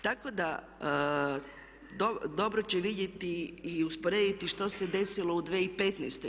Tako da dobro će vidjeti i usporediti što se desilo u 2015.